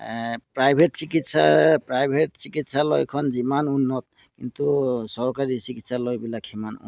private চিকিৎসা private চিকিৎসালয়খন যিমান উন্নত কিন্তু চৰকাৰী চিকিৎসালয়বিলাক সিমান উন্নত